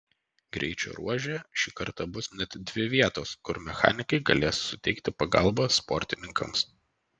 greičio ruože šį kartą bus net dvi vietos kur mechanikai galės suteikti pagalbą sportininkams